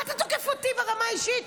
מה אתה תוקף אותי ברמה האישית?